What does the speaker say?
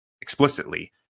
explicitly